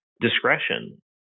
discretion